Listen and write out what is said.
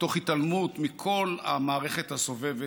תוך התעלמות מכל המערכת הסובבת,